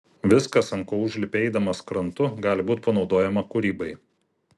viskas ant ko užlipi eidamas krantu gali būti panaudojama kūrybai